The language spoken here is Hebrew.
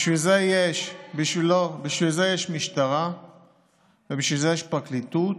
בשביל זה יש משטרה ובשביל זה יש פרקליטות,